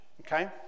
Okay